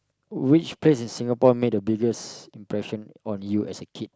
which place in Singapore made biggest impression on you as a kid